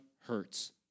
hurts